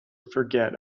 forget